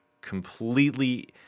completely